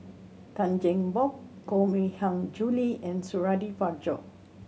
Tan Cheng Bock Koh Mui Hiang Julie and Suradi Parjo